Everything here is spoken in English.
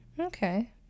Okay